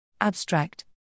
Abstract